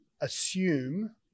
assume